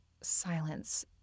silence